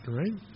right